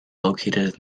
located